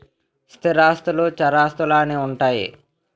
స్థిరాస్తులు చరాస్తులు అని ఉంటాయి